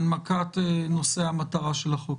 הנמקת נושא המטרה של החוק.